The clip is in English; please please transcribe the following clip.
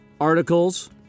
articles